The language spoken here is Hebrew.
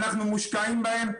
אנחנו מושקעים בהם,